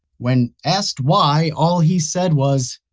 when asked why, all he said was,